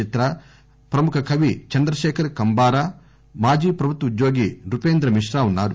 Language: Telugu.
చిత్ర ప్రముఖ కవి చంద్రశేఖర్ కంబారా మాజీ ప్రభుత్వోద్యోగి నృపేంద్ర మిత్రా ఉన్నారు